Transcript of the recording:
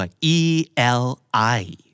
E-L-I